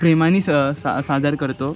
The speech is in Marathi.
प्रेमाने स सा साजरा करतो